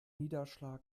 niederschlag